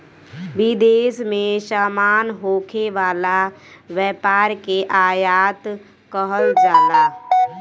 विदेश में सामान होखे वाला व्यापार के आयात कहल जाला